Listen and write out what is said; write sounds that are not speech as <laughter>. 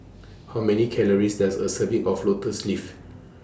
How Many Calories Does A Serving of Lotus <noise> Leaf